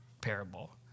parable